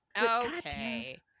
Okay